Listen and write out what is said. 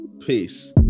Peace